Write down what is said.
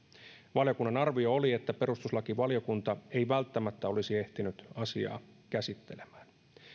valiokunnan arvio oli että perustuslakivaliokunta ei välttämättä olisi ehtinyt asiaa käsittelemään